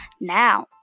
Now